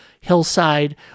hillside